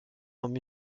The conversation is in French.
muséum